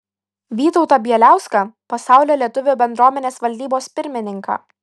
vytautą bieliauską pasaulio lietuvių bendruomenės valdybos pirmininką